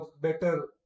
better